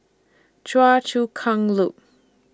Choa Chu Kang Loop